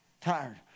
Tired